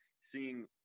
seeing